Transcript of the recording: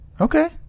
Okay